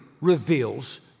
reveals